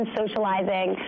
socializing